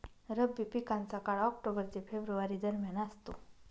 रब्बी पिकांचा काळ ऑक्टोबर ते फेब्रुवारी दरम्यान असतो